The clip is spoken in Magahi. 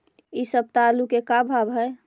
इ सप्ताह आलू के का भाव है?